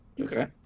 Okay